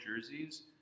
jerseys